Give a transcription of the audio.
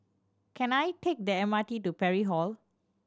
can I take the M R T to Parry Hall